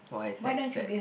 why is that sad